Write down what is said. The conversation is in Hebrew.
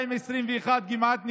ו-2021, שכמעט נגמרת,